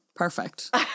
Perfect